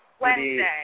Wednesday